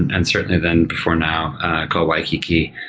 and and certainly then before now called waikiki.